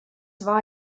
war